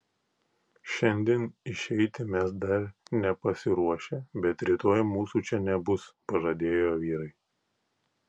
šiandien išeiti mes dar nepasiruošę bet rytoj mūsų čia nebus pažadėjo vyrai